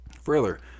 Further